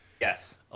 yes